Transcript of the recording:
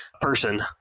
person